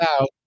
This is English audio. out